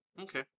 Okay